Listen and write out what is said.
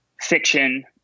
fiction